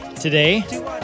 today